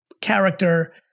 character